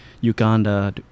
Uganda